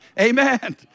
Amen